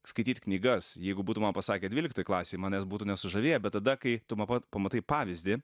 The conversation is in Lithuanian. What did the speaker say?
skaityt knygas jeigu būtų man pasakę dvyliktoj klasėj manęs būtų nesužavėję bet tada kai tu nuo pat pamatai pavyzdį